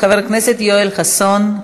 חבר הכנסת יואל חסון,